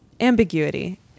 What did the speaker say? ambiguity